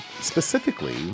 Specifically